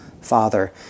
Father